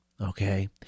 okay